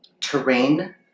terrain